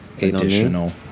additional